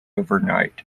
overnight